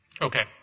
Okay